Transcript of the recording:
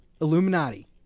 Illuminati